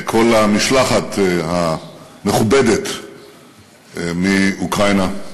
כל המשלחת המכובדת מאוקראינה,